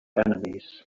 enemies